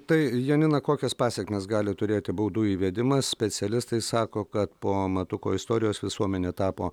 tai janina kokias pasekmes gali turėti baudų įvedimas specialistai sako kad po matuko istorijos visuomenė tapo